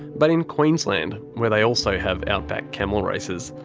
but in queensland, where they also have outback camel races,